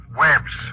webs